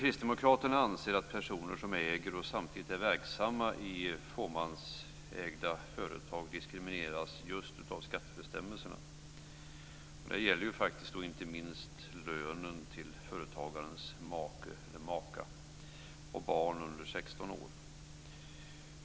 Kristdemokraterna anser att personer som äger och samtidigt är verksamma i fåmansägda företag diskrimineras av skattebestämmelserna. Detta gäller faktiskt inte minst lönen till företagarens make/maka och barn under 16 år.